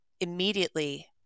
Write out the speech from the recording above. immediately